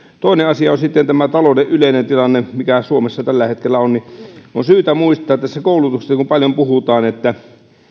toinen asia on sitten tämä talouden yleinen tilanne mikä suomessa tällä hetkellä on on syytä muistaa kun koulutuksesta paljon puhutaan että